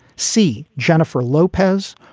c jennifer lopez.